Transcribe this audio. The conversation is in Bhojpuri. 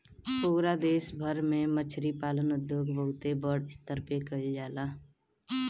पूरा देश भर में मछरी पालन उद्योग बहुते बड़ स्तर पे कईल जाला